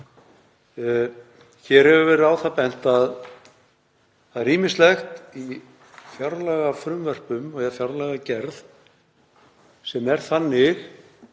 Hér hefur verið á það bent að það er ýmislegt í fjárlagafrumvörpum eða fjárlagagerð sem er þannig